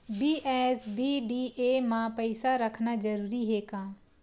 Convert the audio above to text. BSBDA मा पईसा रखना जरूरी हे का?